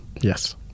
Yes